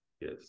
Yes